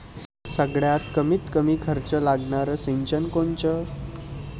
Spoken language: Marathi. सगळ्यात कमीत कमी खर्च लागनारं सिंचन कोनचं?